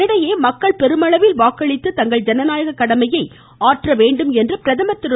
இதனிடையே மக்கள் பெருமளவில் வாக்களித்து தங்கள் ஜனநாயக கடமையை ஆற்ற வேண்டும் என பிரதமர் திரு